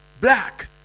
black